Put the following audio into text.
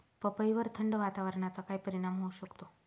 पपईवर थंड वातावरणाचा काय परिणाम होऊ शकतो?